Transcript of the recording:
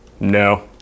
no